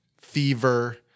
Fever